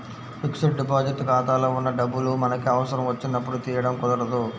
fixed deposit ఖాతాలో ఉన్న డబ్బులు మనకి అవసరం వచ్చినప్పుడు తీయడం కుదరదు